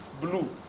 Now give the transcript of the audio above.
blue